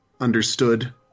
Understood